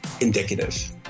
indicative